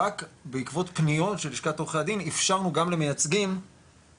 רק בעקבות פניות של לשכת עורכי הדין אפשרנו גם למייצגים לטפל,